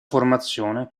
formazione